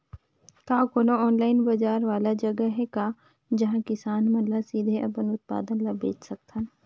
का कोनो ऑनलाइन बाजार वाला जगह हे का जहां किसान मन ल सीधे अपन उत्पाद ल बेच सकथन?